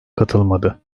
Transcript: katılmadı